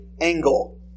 angle